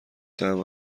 طعم